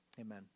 Amen